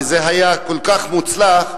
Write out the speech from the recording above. וזה היה כל כך מוצלח,